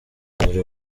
mubiri